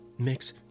Mix